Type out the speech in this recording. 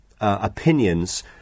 opinions